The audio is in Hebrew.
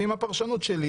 ועם הפרשנות שלי,